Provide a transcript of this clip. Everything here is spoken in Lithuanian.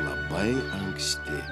labai anksti